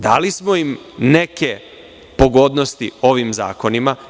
Dali smo im neke pogodnosti ovim zakonima.